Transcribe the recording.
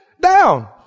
down